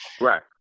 Right